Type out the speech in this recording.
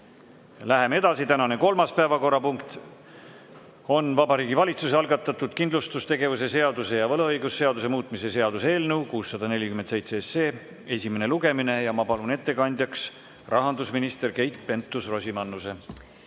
Läheme edasi. Tänane kolmas päevakorrapunkt on Vabariigi Valitsuse algatatud kindlustustegevuse seaduse ja võlaõigusseaduse muutmise seaduse eelnõu 647 esimene lugemine. Ma palun ettekandjaks rahandusminister Keit Pentus-Rosimannuse.